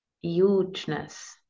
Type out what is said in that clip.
hugeness